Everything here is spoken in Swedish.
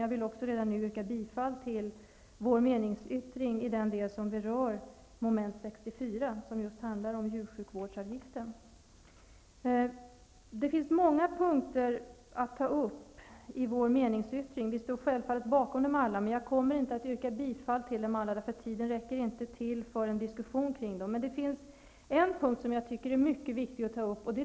Jag vill redan nu yrka bifall till vår meningsyttring i den del som berör mom. 64 som just handlar om djursjukvårdsavgiften. Det finns många punkter att ta upp i vår meningsyttring. Vi står självfallet bakom dem alla, men jag kommer inte att yrka bifall till dem alla. Tiden räcker inte till för en diskussion kring dem. Men en punkt tycker jag är viktig att ta upp.